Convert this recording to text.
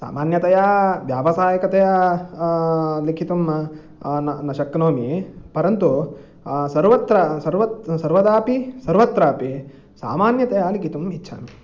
सामान्यतया व्यावसायिकतया लेखितुं न न शक्नोमि परन्तु सर्वत्र सर्वत् सर्वदापि सर्वत्रापि सामान्यतया लेखितुम् इच्छामि